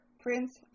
Prince